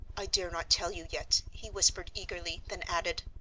i dare not tell you yet, he whispered eagerly, then added,